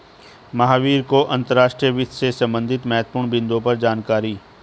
महावीर को अंतर्राष्ट्रीय वित्त से संबंधित महत्वपूर्ण बिन्दुओं पर जानकारी है